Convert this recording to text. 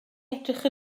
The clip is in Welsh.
edrych